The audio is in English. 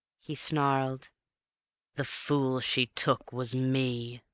he snarled the fool she took was me.